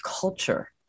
culture